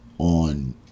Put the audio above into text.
On